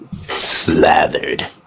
Slathered